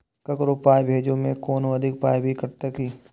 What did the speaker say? ककरो पाय भेजै मे कोनो अधिक पाय भी कटतै की?